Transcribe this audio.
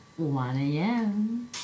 1am